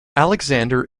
alexander